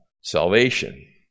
salvation